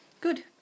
Good